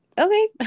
okay